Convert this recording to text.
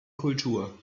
kultur